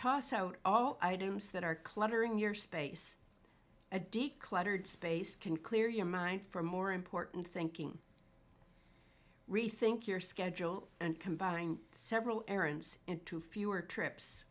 toss out all items that are cluttering your space a d cluttered space can clear your mind for more important thinking rethink your schedule and combine several errands into fewer trips